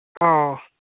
ꯑꯧ